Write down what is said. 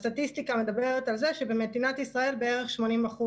הסטטיסטיקה מדברת על זה שבמדינת ישראל בערך 80%